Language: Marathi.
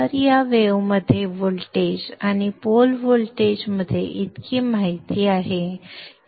तर या वेव्हमध्ये व्होल्टेज आणि पोल व्होल्टेज मध्ये इतकी माहिती आहे